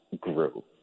grew